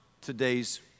today's